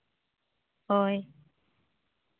ᱦᱳᱭ